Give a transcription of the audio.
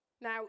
Now